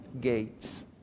gates